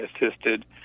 assisted